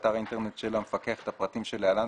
יפרסם באתר האינטרנט של המפקח את הפרטים שלהלן,